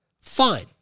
Fine